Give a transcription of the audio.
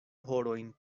horojn